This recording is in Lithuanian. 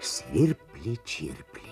svirplį čirplį